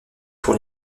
pour